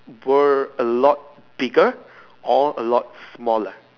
were a lot bigger or a lot smaller